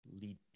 lead